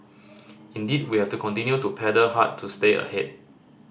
indeed we have to continue to paddle hard to stay ahead